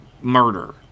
murder